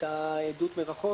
את העדות מרחוק